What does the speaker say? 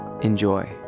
Enjoy